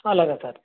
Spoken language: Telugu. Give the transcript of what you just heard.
అలాగే సార్